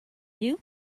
you